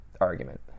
argument